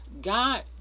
God